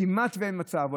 כמעט אין מצב,